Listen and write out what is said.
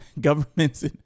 governments